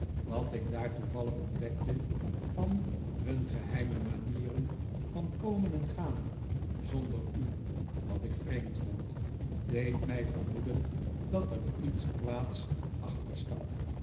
wat ik daar toevallig ontdekte van hun geheime manier van komen en gaan zonder u wat ik vreemd vond deed mij vermoeden dat er iets kwaads